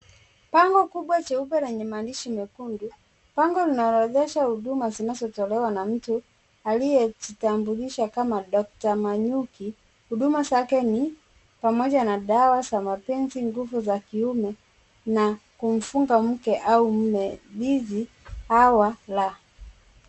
Bango kubwa jeupe lenye maandishi mekundu. Bango lina orodhesha huduma zinazo tolewa na mtu aliye jitambulisha kama doctor Manyuki. Huduma zake ni pamoja na dawa za mapenzi, nguvu za kiume na kumfunga mke au mume dhidi hawa la.